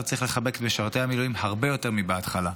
צריך לחבק את משרתי המילואים הרבה יותר מבהתחלה.